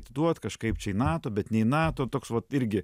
atiduot kažkaip nato bet ne į nato toks vat irgi